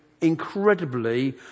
incredibly